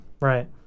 right